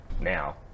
now